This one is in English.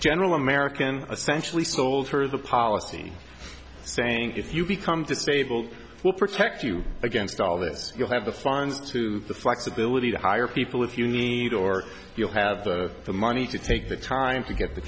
general american essential he sold her the policy saying if you become disabled we'll protect you against all this you'll have the funds to the flexibility to hire people if you need or you'll have the money to take the time to get the